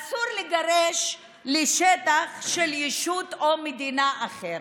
ואסור לגרש לשטח של ישות או מדינה אחרת.